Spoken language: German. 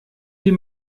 die